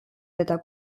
teda